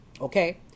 Okay